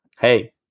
hey